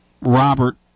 Robert